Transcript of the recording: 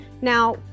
now